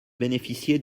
bénéficier